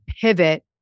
pivot